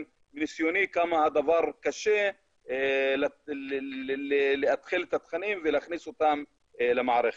מניסיוני כמה קשה לאתחל את התכנים ולהכניס למערכת.